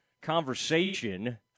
conversation